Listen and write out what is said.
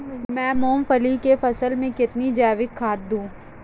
मैं मूंगफली की फसल में कितनी जैविक खाद दूं?